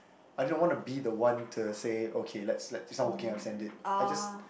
I didn't want to be the one to say okay let's let's it's not working I'll send it I just